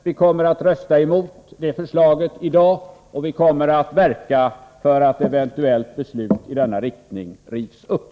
Vi kommer att rösta emot det förslaget i dag, och vi kommer att verka för att ett eventuellt beslut i denna riktning rivs upp.